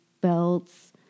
belts